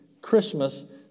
Christmas